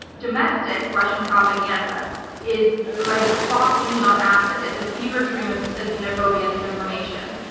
domestic russian propaganda is like fox news on acid. it's a fever dream of of xenophobia and disinformation.